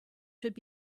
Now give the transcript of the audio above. should